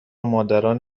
مادران